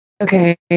Okay